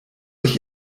ich